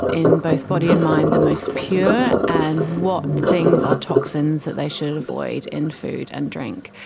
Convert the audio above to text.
in both body and mind, the most pure, and what things are toxins that they should avoid in food and drink.